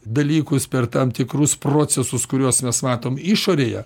dalykus per tam tikrus procesus kuriuos mes matom išorėje